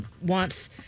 wants